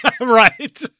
Right